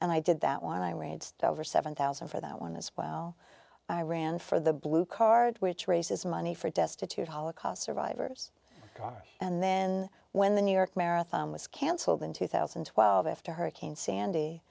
and i did that when i read stover seven thousand dollars for that one as well i ran for the blue card which raises money for destitute holocaust survivors and then when the new york marathon was cancelled in two thousand and twelve after hurricane sandy